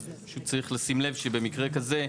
אז פשוט צריך לשים לב שבמקרה כזה,